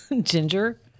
Ginger